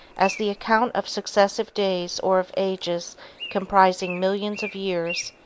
as the account of successive days or of ages comprising millions of years,